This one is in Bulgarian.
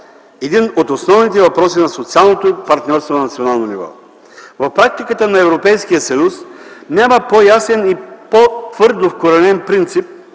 един от основните въпроси на социалното партньорство на национално ниво. В практиката на Европейския съюз няма по-ясен и по-твърдо вкоренен принцип